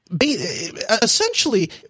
essentially